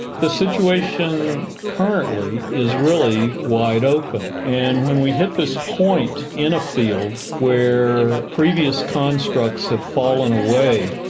the situation currently is really wide open, and when we hit this point in a field where previous constructs have fallen away,